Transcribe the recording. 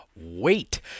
wait